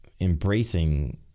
embracing